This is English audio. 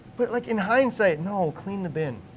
but like in hindsight, no, clean the bin,